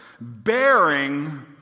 Bearing